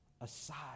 aside